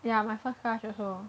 ya my first crush also